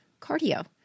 cardio